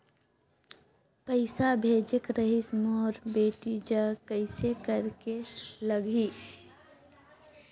पइसा भेजेक रहिस मोर बेटी जग कइसे करेके लगही?